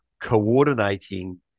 coordinating